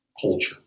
culture